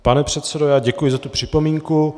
Pane předsedo, já děkuji za tu připomínku.